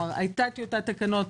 היתה טיוטת תקנות,